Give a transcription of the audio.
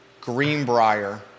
Greenbrier